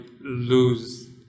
lose